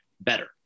better